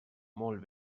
molt